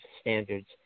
standards